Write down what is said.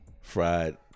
fried